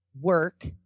work